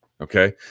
okay